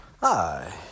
Hi